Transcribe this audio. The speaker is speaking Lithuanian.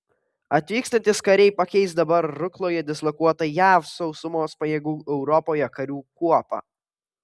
atvykstantys kariai pakeis dabar rukloje dislokuotą jav sausumos pajėgų europoje karių kuopą